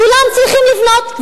כולם צריכים לבנות,